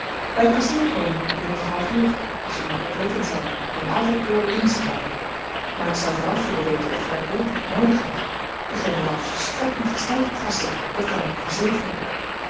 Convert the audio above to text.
bij t kasteel komen wij binnen t half uur als wij maar oplettend zijn en altijd door links houden maar ik zou vooraf willen weten of gij daar werkelijk noodig hebt de generaal is volstrekt niet gesteld op gasten dat kan ik u verzekeren